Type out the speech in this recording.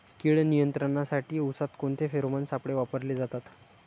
कीड नियंत्रणासाठी उसात कोणते फेरोमोन सापळे वापरले जातात?